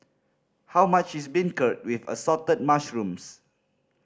how much is beancurd with Assorted Mushrooms